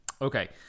Okay